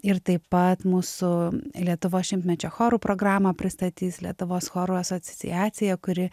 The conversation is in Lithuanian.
ir taip pat mūsų lietuvos šimtmečio chorų programą pristatys lietuvos chorų asociacija kuri